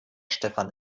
stefan